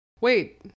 Wait